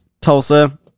Tulsa